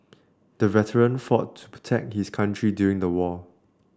the veteran fought to protect his country during the war